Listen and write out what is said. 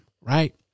right